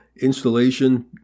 installation